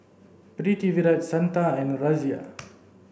Pritiviraj Santha and Razia